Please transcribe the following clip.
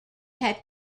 had